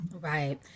Right